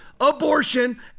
abortion